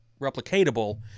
replicatable